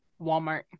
Walmart